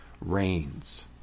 reigns